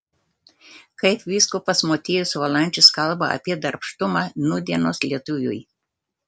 kaip vyskupas motiejus valančius kalba apie darbštumą nūdienos lietuviui